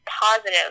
positive